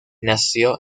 nació